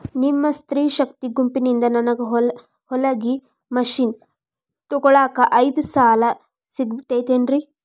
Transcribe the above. ನಿಮ್ಮ ಸ್ತ್ರೇ ಶಕ್ತಿ ಗುಂಪಿನಿಂದ ನನಗ ಹೊಲಗಿ ಮಷೇನ್ ತೊಗೋಳಾಕ್ ಐದು ಸಾಲ ಸಿಗತೈತೇನ್ರಿ?